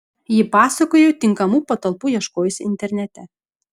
ji pasakojo tinkamų patalpų ieškojusi internete